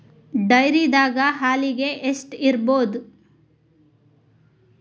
ಡೈರಿದಾಗ ಹಾಲಿಗೆ ಎಷ್ಟು ಇರ್ಬೋದ್?